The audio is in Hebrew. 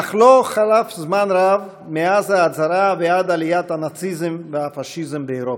אך לא חלף זמן רב מאז ההצהרה ועד עליית הנאציזם והפאשיזם באירופה.